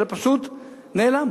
אלא פשוט נעלם.